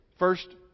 first